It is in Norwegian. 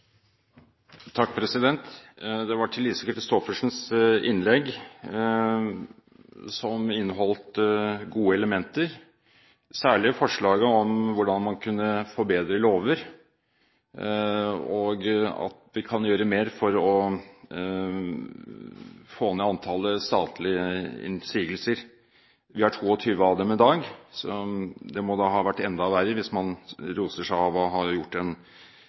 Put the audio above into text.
Det var til Lise Christoffersens innlegg, som inneholdt gode elementer, særlig forslaget om hvordan man kunne forbedre lover, og at vi kan gjøre mer for å få ned antallet statlige innsigelser. Vi har 22 av dem i dag, så det må da ha vært enda verre, hvis man roser seg av å ha gjort en